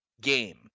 game